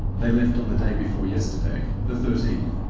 they left on the day before yesterday, the thirteenth,